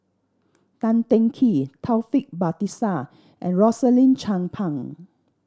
Tan Teng Kee Taufik Batisah and Rosaline Chan Pang